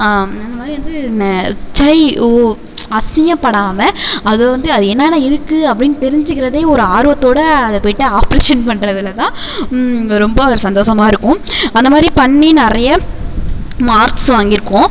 அந்த மாதிரி வந்து சை ஓ அசிங்கப்படாமல் அது வந்து அது என்னன்ன இருக்குது அப்படின்னு தெரிஞ்சிக்கிறதே ஒரு ஆர்வத்தோட அதை போய்ட்டு ஆப்ரேஷன் பண்ணுறதுலதான் ரொம்ப ஒரு சந்தோசமாக இருக்கும் அந்த மாதிரி பண்ணி நிறைய மார்க்ஸ் வாங்கியிருக்கோம்